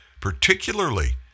particularly